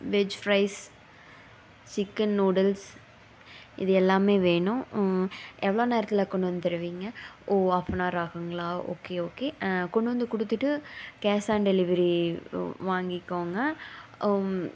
veg fries chicken noodles இது எல்லாம் வேணும் எவ்வளோ நேரத்தில் கொண்டு வந்து தருவீங்க ஓ ஹாஃப் அன் அவர் ஆகுங்களா ஓகே ஓகே கொண்டு வந்து கொடுத்துட்டு கேஷ் ஆன் டெலிவெரி வாங்கிக்கங்க